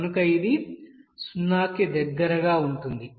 కనుక ఇది 0 కి దగ్గరగా ఉంటుంది